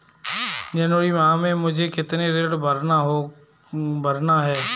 जनवरी माह में मुझे कितना ऋण भरना है?